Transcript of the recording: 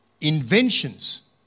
inventions